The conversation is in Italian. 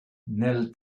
nel